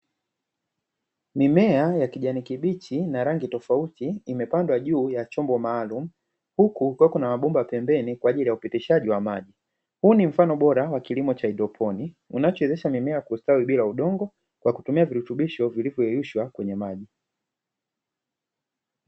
Mimea ya kijani kibichi na rangi tofauti imepandwa juu ya chombo maalumu, huku kukiwa na mabomba pembeni kwaajili ya upitishaji wa maji. Huu ni mfano bora wa kilimo cha haidroponi, unachowezesha mimea kustawi bila udongo kwa kutumia virutubisho vilivoyeyushwa kwenye maji .